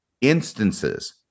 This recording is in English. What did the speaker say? instances